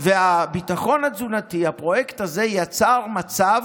הביטחון התזונתי, הפרויקט הזה יצר מצב